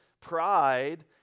pride